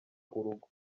urugo